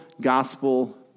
gospel